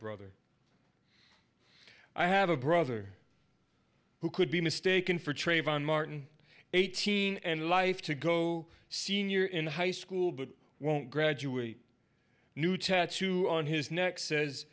brother i have a brother who could be mistaken for trayvon martin eighteen and life to go senior in high school but won't graduate new tattoo on his neck says